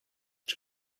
czy